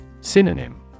Synonym